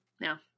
Now